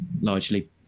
largely